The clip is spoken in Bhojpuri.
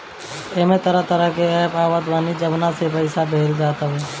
एमे तरह तरह के एप्प आवत हअ जवना से पईसा भेजल जात हवे